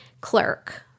clerk